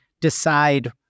decide